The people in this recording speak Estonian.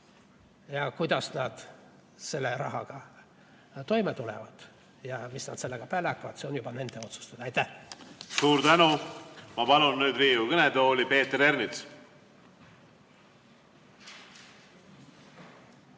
Kuidas nad selle rahaga toime tulevad ja mis nad sellega pääle hakkavad, see on juba nende otsus. Aitäh! Suur tänu! Ma palun nüüd Riigikogu kõnetooli Peeter Ernitsa.